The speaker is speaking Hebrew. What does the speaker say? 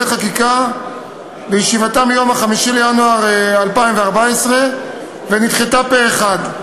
חקיקה בישיבתה ביום 5 בינואר 2014 ונדחתה פה-אחד.